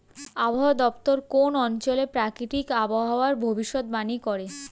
আবহাওয়া দপ্তর কোন অঞ্চলের প্রাকৃতিক আবহাওয়ার ভবিষ্যতবাণী করে